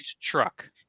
truck